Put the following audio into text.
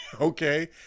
Okay